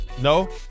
no